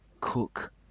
cook